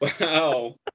Wow